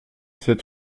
sept